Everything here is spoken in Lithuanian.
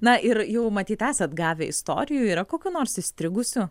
na ir jau matyt esat gavę istorijų yra kokių nors įstrigusių